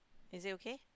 is it okay